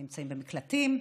נמצאים במקלטים,